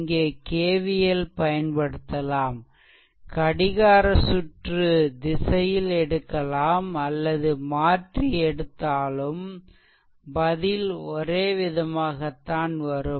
இங்கே KVL பயன்படுத்தலாம் கடிகார சுற்று திசையில் எடுக்கலாம் அல்லது மாற்றி எடுத்தாலும் பதில் ஒரே விதமாகத்தான் வரும்